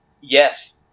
Yes